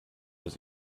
was